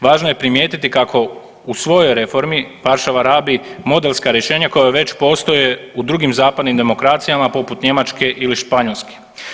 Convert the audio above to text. Važno je primijetiti u svojoj reformi Varšava rabi modelska rješenja koja već postoje u drugim zapadnim demokracijama poput Njemačke ili Španjolske.